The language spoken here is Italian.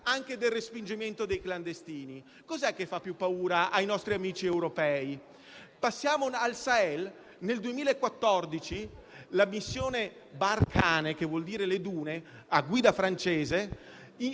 anche del respingimento dei clandestini? Cosa è che fa più paura ai nostri amici europei? Passiamo al Sahel. Nel 2014 la missione Barkhane, che vuol dire «le dune», a guida francese,